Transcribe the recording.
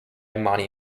monty